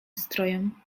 strojom